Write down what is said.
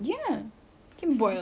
oo oh ya